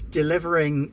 delivering